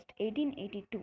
1882